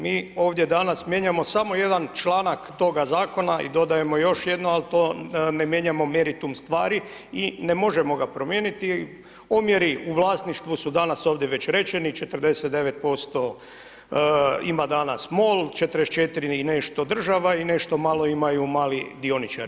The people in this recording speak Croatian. Mi ovdje danas mijenjamo samo jedan članak toga zakona i dodajemo još jedno, al to ne mijenjamo meritum stvari i ne možemo ga promijeniti, omjeri u vlasništvu su danas ovdje već rečeni, 49% ima danas MOL, 44 i nešto država i nešto malo imaju mali dioničari.